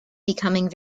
becoming